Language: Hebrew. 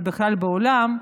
ובכלל בעולם,